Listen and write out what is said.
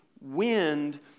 wind